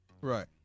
right